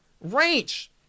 range